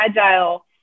agile